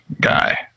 guy